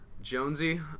jonesy